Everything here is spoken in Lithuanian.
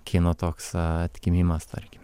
kino toks atgimimas tarkim